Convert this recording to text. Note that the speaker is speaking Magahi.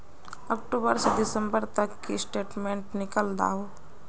अक्टूबर से दिसंबर तक की स्टेटमेंट निकल दाहू?